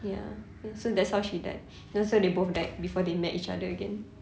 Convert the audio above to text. ya so that's how she died then so they both died before they met each other again